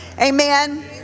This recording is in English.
Amen